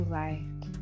light